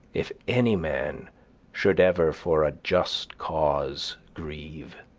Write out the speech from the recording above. if any man should ever for a just cause grieve.